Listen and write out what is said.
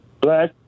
Black